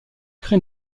crée